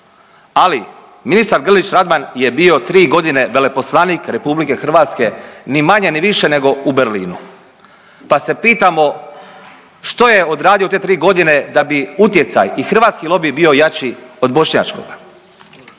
ali ministar Grlić Radman je bio 3.g. veleposlanik RH ni manje ni više nego u Berlinu, pa se pitamo što je odradio u te 3.g. da bi utjecaj i hrvatski lobi bio jači od bošnjačkoga.